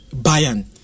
Bayern